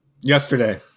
Yesterday